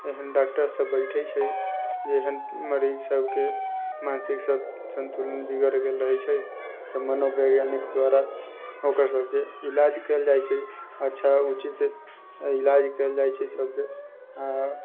एहन डॉक्टर सब बैठय छै जेहन मरीज सबके मानसिक सब सन्तुलन बिगड़ि गेल रहै छै तऽ मनोवैज्ञानिक द्वारा ओकर सबके इलाज कयल जाइ छै अच्छा उचित इलाज कयल जाइ छै सबके आओर